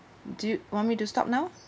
do you want me to stop now